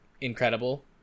incredible